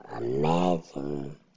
imagine